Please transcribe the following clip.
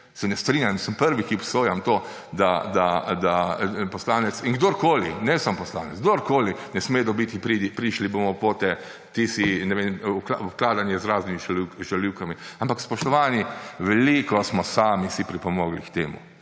se ne strinjam in sem prvi, ki obsojam to, da poslanec in kdorkoli, ne samo poslanec, kdorkoli, ne sme dobiti: prišli bomo pote, ti si …, obkladanje z raznimi žaljivkami. Ampak spoštovani, veliko smo sami si pripomogli k temu!